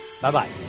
Bye-bye